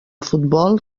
futbol